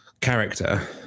character